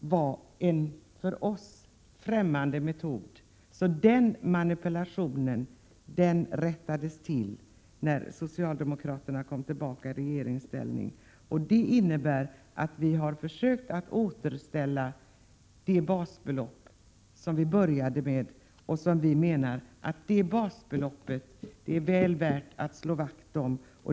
var en för oss ffträmmande metod, så den manipulationen rättades till när socialdemokraterna kom tillbaka i regeringsställning. Vi har försökt att återställa det basbelopp som vi började med. Enligt vår åsikt är detta basbelopp väl värt att slå vakt om.